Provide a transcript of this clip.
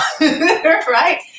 right